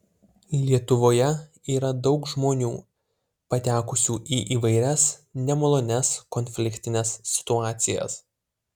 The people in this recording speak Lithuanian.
lietuvoje yra daug žmonių patekusių į įvairias nemalonias konfliktines situacijas